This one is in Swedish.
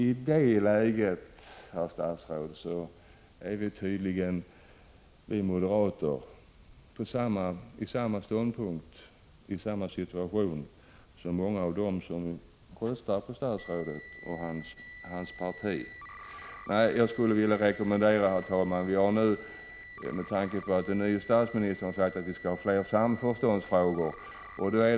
I det läget, herr statsråd, har vi moderater samma ståndpunkt som många av dem som röstar på statsrådet och hans parti. Jag skulle vilja avsluta med en rekommendation, med tanke på att den nye statsministern har sagt att vi skall ha fler samförståndsfrågor.